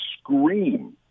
scream